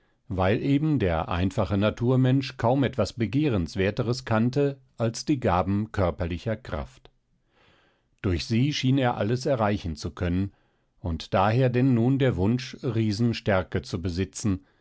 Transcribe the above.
weil eben der einfache naturmensch kaum etwas begehrenswerteres kannte als die gaben körperlicher kraft durch sie schien er alles erreichen zu können und daher denn nun der wunsch riesenstärke zu besitzen